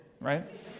right